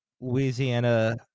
Louisiana